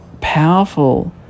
powerful